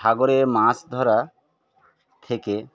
সাগরের মাছ ধরা থেকে